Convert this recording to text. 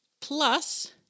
plus